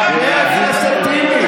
חבר הכנסת טיבי.